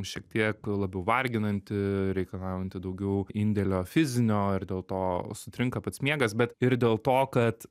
šiek tiek labiau varginantį reikalaujantį daugiau indėlio fizinio ir dėl to sutrinka pats miegas bet ir dėl to kad